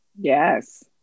Yes